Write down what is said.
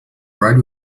bright